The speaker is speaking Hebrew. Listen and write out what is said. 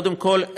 קודם כול,